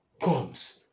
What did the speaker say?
comes